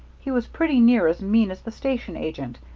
he was pretty near as mean as the station agent,